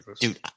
dude